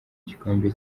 gikombe